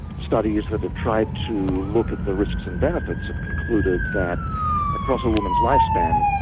studies that have tried to look at the risks and benefits have concluded that across a woman's lifespan